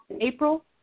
April